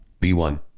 B1